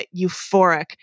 euphoric